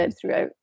throughout